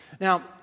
Now